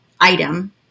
item